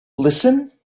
listen